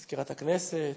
מזכירת הכנסת,